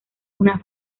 una